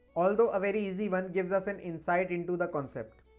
although, a very easy one gives us an insight into the concept.